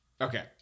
Okay